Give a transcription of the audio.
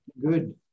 good